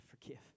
forgive